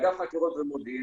אגף החקירות והמודיעין,